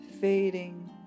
fading